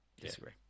disagree